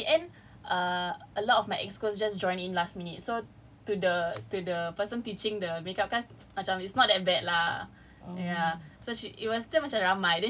so so that [one] a bit but in the end err a lot of my EXCO just join in last minute so to the person teaching the makeup class macam it's not that bad lah ya